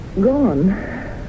gone